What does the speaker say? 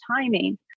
timing